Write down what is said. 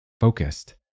Focused